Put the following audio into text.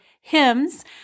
hymns